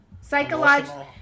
Psychological